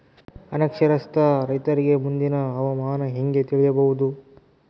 ಅನಕ್ಷರಸ್ಥ ರೈತರಿಗೆ ಮುಂದಿನ ಹವಾಮಾನ ಹೆಂಗೆ ತಿಳಿಯಬಹುದು?